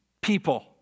people